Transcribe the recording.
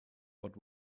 but